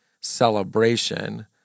celebration